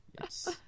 Yes